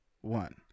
one